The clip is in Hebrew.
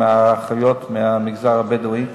עם האחיות מהמגזר הבדואי,